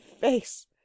face